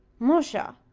musha!